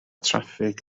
traffig